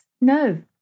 no